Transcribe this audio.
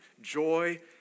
joy